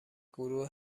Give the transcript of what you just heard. گروه